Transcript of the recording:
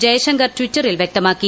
ജയശങ്കർ ട്വിറ്ററിൽ വ്യക്തമാക്കി